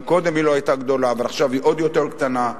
גם קודם היא לא היתה גדולה אבל עכשיו היא עוד יותר קטנה.